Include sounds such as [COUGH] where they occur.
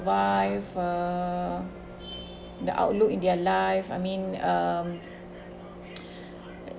uh the outlook in their life I mean um [BREATH]